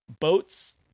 boats